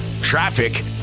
Traffic